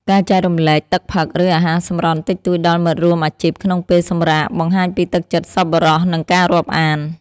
ការចែករំលែកទឹកផឹក ឬអាហារសម្រន់តិចតួចដល់មិត្តរួមអាជីពក្នុងពេលសម្រាកបង្ហាញពីទឹកចិត្តសប្បុរស និងការរាប់អាន។